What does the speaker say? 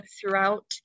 throughout